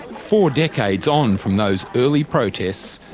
four decades on from those early protests,